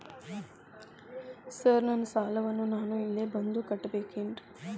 Sir ನನ್ನ ಸಾಲವನ್ನು ನಾನು ಇಲ್ಲೇ ಬಂದು ಕಟ್ಟಬೇಕೇನ್ರಿ?